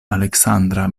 aleksandra